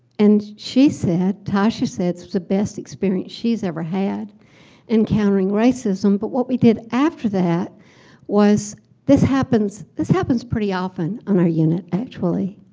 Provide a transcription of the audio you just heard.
and she said, tasha said the best experience she's ever had encountering racism. but what we did after that was this happens this happens pretty often often on our unit, actually,